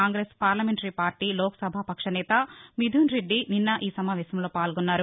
Congress parliamentary party Lok Sabha పక్షనేత Mithun Reddy నిన్న ఈ సమావేశంలో పాల్గొన్నారు